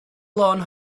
lôn